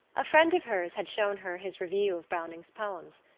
a friend of hers had shown her his review of browning's poems.